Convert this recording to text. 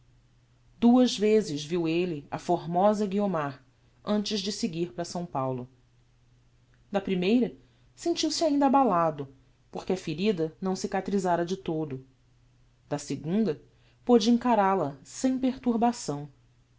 duas vezes viu elle a formosa guiomar antes de seguir para s paulo da primeira sentiu-se ainda abalado por que a ferida não cicatrisara de todo da segunda pôde encaral a sem perturbação